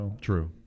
True